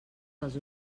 dels